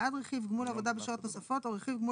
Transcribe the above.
בעד רכיב גמול עבודה בשעות נוספות או רכיב גמול